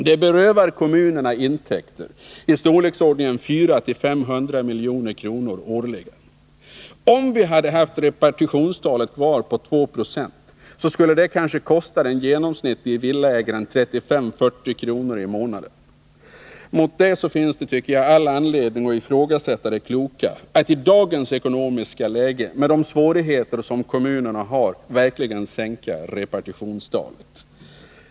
Det berövar kommunerna intäkter i storleksordningen 400-500 milj.kr. årligen. Om vi hade haft repartitionstalet kvar på 2 Yo skulle det kanske kosta den genomsnittlige villaägaren 35-40 kr. i månaden. Mot den bakgrunden finns det all anledning att ifrågasätta det kloka i att i dagens ekonomiska läge, med de svårigheter som kommunenerna har, sänka repartitionstalet.